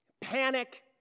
panic